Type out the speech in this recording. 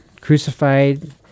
crucified